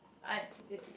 I uh